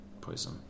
poison